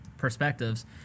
perspectives